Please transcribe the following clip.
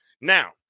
Now